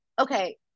okay